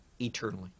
eternally